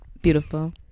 Beautiful